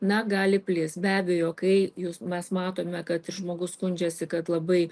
na gali plist be abejo kai jūs mes matome kad ir žmogus skundžiasi kad labai